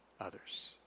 others